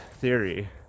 theory